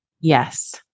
Yes